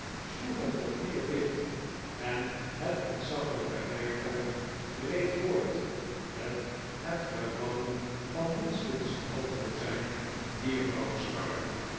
sloeg het portier dicht en het ontzaglijke rijtuig reed voort met het gerammel van minstens een half dozijn bierbrouwerskarren